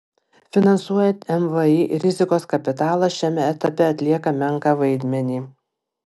finansuojant mvį rizikos kapitalas šiame etape atlieka menką vaidmenį